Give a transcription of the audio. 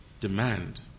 demand